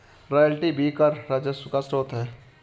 royalty भी कर राजस्व का स्रोत है